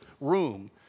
room